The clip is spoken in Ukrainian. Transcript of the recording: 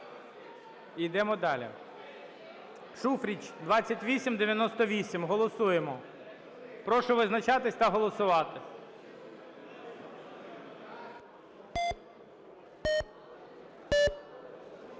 Йдемо далі. Шуфрич, 2898. Голосуємо. Прошу визначатись та голосувати.